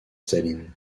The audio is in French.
staline